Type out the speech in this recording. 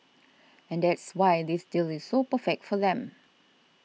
and that's why this deal is so perfect for them